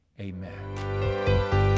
Amen